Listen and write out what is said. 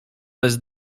bez